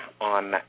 on